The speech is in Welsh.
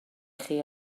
chi